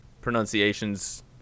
Pronunciation's